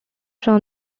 from